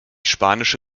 spanische